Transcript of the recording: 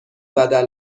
بدل